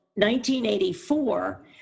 1984